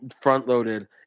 front-loaded